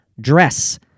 dress